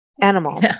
animal